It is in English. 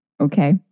Okay